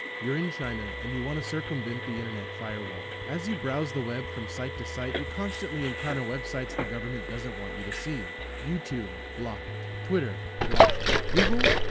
you're in china and you want to circumvent the internet firewall. as you browse the web from site to site, you constantly encounter websites the government doesn't want you to see youtube, blocked. twitter, blocked. google,